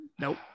Nope